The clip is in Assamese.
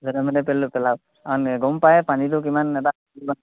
আৰু গম পায় পানীটো কিমান এটা